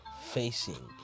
facing